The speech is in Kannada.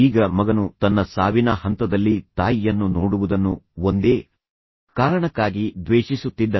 ಈಗ ಮಗನು ತನ್ನ ಸಾವಿನ ಹಂತದಲ್ಲಿ ತಾಯಿಯನ್ನು ನೋಡುವುದನ್ನು ಒಂದೇ ಕಾರಣಕ್ಕಾಗಿ ದ್ವೇಷಿಸುತ್ತಿದ್ದನು